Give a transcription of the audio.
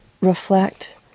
reflect